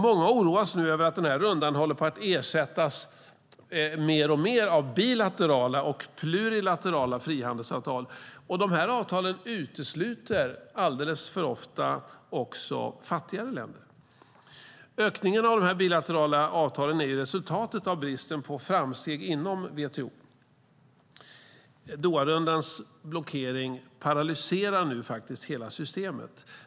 Många oroas över att rundan håller på att ersättas alltmer av bilaterala och plurilaterala frihandelsavtal. De avtalen utesluter alldeles för ofta också fattigare länder. Ökningen av de bilaterala avtalen är resultatet av bristen på framsteg inom WTO. Doharundans blockering paralyserar nu hela systemet.